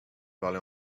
parlez